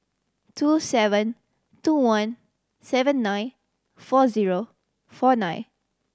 two seven two one seven nine four zero four nine